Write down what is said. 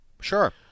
Sure